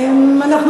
כתוב אפס.